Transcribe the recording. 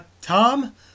Tom